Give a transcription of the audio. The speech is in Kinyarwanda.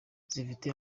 zifite